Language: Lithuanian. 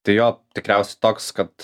tai jo tikriausiai toks kad